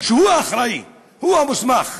שהוא האחראי, הוא המוסמך,